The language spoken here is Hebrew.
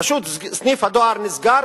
פשוט סניף הדואר נסגר,